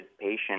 patient